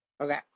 Okay